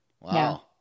Wow